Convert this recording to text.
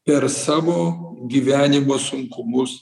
per savo gyvenimo sunkumus